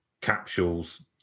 capsules